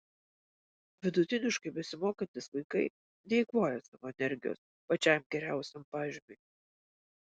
vidutiniškai besimokantys vaikai neeikvoja savo energijos pačiam geriausiam pažymiui